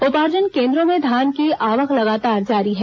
उपार्जन केन्द्रों में धान की आवक लगातार जारी है